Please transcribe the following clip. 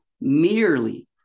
merely